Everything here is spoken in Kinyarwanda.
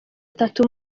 atatu